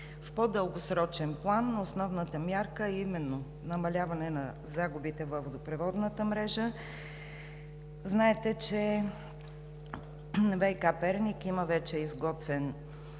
В по-дългосрочен план основната мярка е именно намаляване на загубите във водопроводната мрежа. Знаете, че ВиК – Перник, вече има изготвен